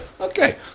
Okay